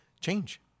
change